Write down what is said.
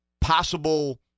possible